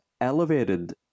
elevated